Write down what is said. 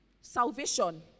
salvation